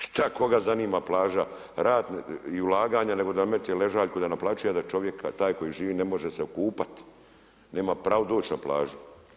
Šta koga zanima plaža Rat i ulaganje nego da metne ležaljku i da naplaćuje, a da čovjek taj koji živi ne može se okupat, nema pravo doći na plažu.